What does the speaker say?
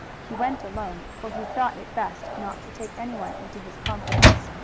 he went alone, for he thought it best not to take anyone into his confidence.